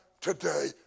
today